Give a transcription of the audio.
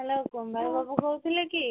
hello Bengali ବାବୁ କହୁଥିଲେ କି